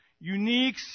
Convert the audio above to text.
unique